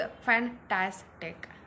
fantastic